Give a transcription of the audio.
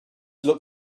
look